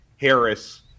Harris